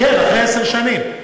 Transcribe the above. כן, אחרי עשר שנים.